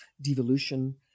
devolution